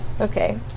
Okay